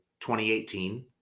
2018